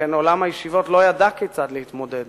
שכן עולם הישיבות לא ידע כיצד להתמודד